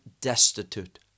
destitute